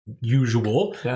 usual